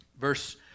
Verse